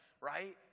right